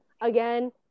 Again